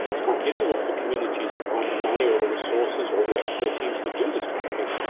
it's quite difficult for communities to find the money or the resources or the expertise to do this kind of thing,